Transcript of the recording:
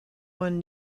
one